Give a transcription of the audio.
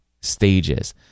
stages